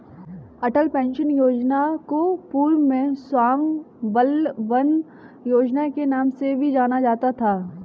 अटल pension Yojana को पूर्व में स्वाबलंबन योजना के नाम से भी जाना जाता था